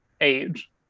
age